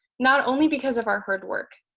not only because of our hard work,